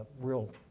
real